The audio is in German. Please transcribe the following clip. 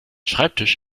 schreibtisch